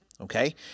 Okay